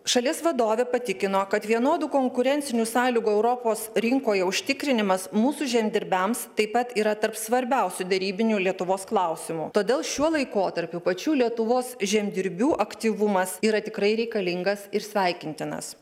šalies vadovė patikino kad vienodų konkurencinių sąlygų europos rinkoje užtikrinimas mūsų žemdirbiams taip pat yra tarp svarbiausių derybinių lietuvos klausimų todėl šiuo laikotarpiu pačių lietuvos žemdirbių aktyvumas yra tikrai reikalingas ir sveikintinas